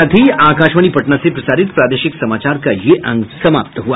इसके साथ ही आकाशवाणी पटना से प्रसारित प्रादेशिक समाचार का ये अंक समाप्त हुआ